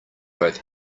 both